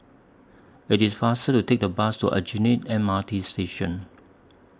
IT IS faster to Take The Bus to Aljunied M R T Station